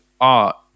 art